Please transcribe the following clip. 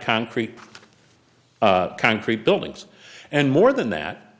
concrete concrete buildings and more than that